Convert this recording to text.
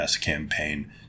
campaign